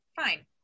Fine